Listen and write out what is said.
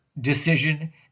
decision